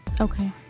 Okay